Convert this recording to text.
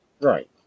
Right